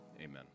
amen